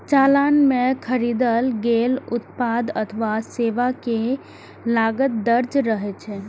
चालान मे खरीदल गेल उत्पाद अथवा सेवा के लागत दर्ज रहै छै